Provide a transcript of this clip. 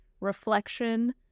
reflection